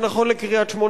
זה נכון לקריית-שמונה,